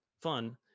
fun